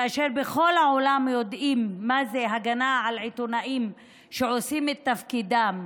כאשר בכל העולם יודעים מה זה הגנה על עיתונאים שעושים את תפקידם,